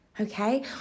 Okay